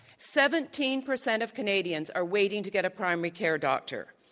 seventeen percent of canadians are waiting to get a primary care doctor.